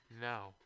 no